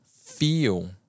feel